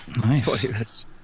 nice